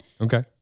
Okay